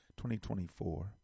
2024